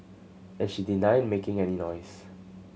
and she denied making any noise